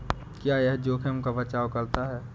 क्या यह जोखिम का बचाओ करता है?